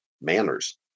manners